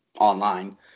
online